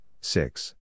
six